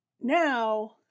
now